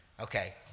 Okay